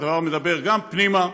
והדבר מדבר גם פנימה,